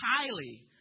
highly